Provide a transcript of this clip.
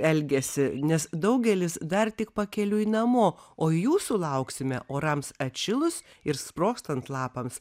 elgiasi nes daugelis dar tik pakeliui namo o jūsų lauksime orams atšilus ir sprogstant lapams